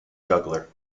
juggler